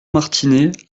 martinet